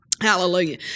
Hallelujah